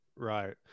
right